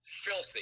filthy